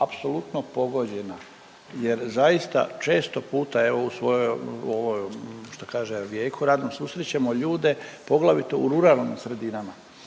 apsolutno pogođena jer zaista često puta .../nerazumljivo/... ovo što kaže vijeku radnom susrećemo ljude, poglavito u ruralnom sredinama